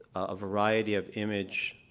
a variety of image